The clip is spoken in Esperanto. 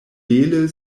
bele